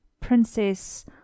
Princess